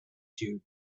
jew